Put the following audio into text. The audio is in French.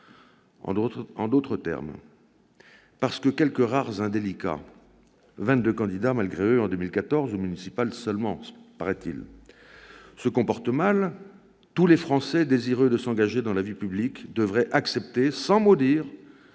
En d'autres termes, parce que quelques rares indélicats- seulement vingt-deux candidats malgré eux en 2014 aux municipales, paraît-il ! -se comportent mal, tous les Français désireux de s'engager dans la vie publique devraient accepter sans mot dire